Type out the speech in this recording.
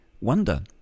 wonder